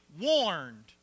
warned